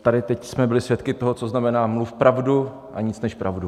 Tady teď jsme byli svědky toho, co znamená mluv pravdu a nic než pravdu.